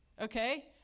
okay